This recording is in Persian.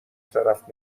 طرف